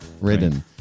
Written